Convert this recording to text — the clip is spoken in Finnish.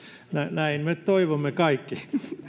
näin me toivomme kaikki